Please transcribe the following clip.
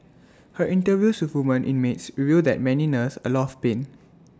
her interviews with women inmates reveal that many nurse A lot of pain